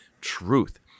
truth